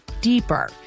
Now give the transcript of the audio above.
deeper